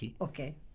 okay